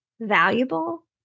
valuable